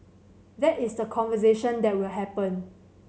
that is the conversation that will happen